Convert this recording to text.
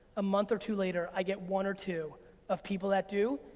a month or two later, i get one or two of people that do.